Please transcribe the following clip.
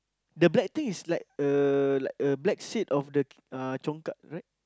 the black thing is like a like a black seed of the uh congkak right